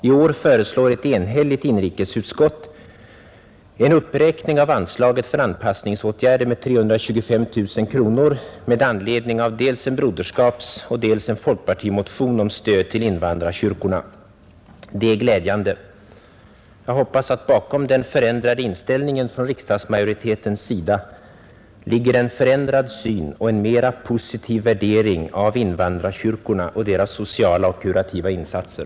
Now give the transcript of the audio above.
I år föreslår ett enhälligt inrikesutskott en uppräkning av anslaget för anpassningsåtgärder med 325 000 kronor med anledning av dels en broderskapsmotion, dels en folkpartimotion om stöd till invandrarkyrkorna. Detta är glädjande. Jag hoppas att bakom den nya inställningen från riksdagsmajoritetens sida ligger en förändrad syn och en mera positiv värdering av invandrarkyrkorna och deras sociala och kurativa insatser.